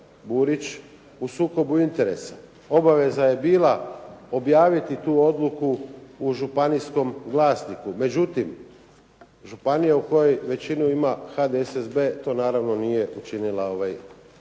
Burić u sukobu interesa. Obaveza je bila objaviti tu odluku u županijskom glasniku, međutim županija u kojoj većinu ima HDSSB to naravno nije učinila i